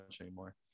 anymore